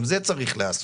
גם זה צריך לעשות.